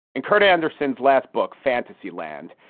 and kurt andersen's last book, fantasy land,